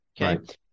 okay